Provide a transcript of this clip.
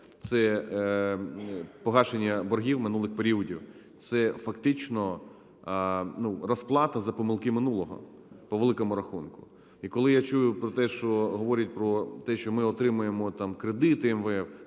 це погашення боргів минулих періодів. Це фактично розплата за помилки минулого, по великому рахунку. І коли я чую про те, що говорять про те, що ми отримуємо там кредити МВФ,